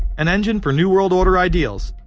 an engine for new world order ideals,